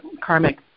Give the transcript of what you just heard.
karmic